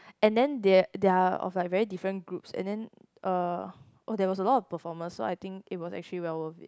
and then they're they're of like very different groups and then uh oh there was a lot of performance so I think it was actually well worth it